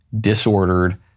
disordered